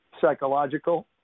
psychological